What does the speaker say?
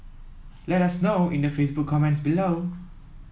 let us know in the Facebook comments below